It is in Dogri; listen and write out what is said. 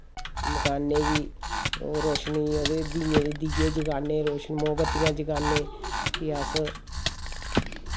मकानें गी रोशनी ओह्दी दीयें दी दीये जगान्ने रोशनी मोमबत्तियां जगान्ने फ्ही अस